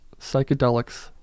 psychedelics